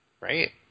right